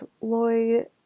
Lloyd